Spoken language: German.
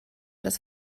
das